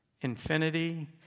Infinity